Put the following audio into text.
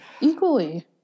Equally